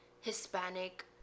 Hispanic